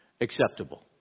acceptable